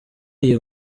iyi